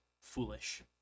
foolish